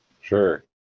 Sure